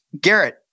Garrett